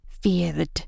Feared